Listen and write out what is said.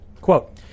Quote